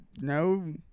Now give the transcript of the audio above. No